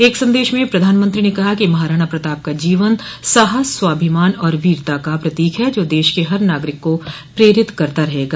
एक संदेश में प्रधानमंत्री ने कहा कि महाराणा प्रताप का जीवन साहस स्वाभिमान और वीरता का प्रतीक है जो देश के हर नागरिक को प्रेरित करता रहेगा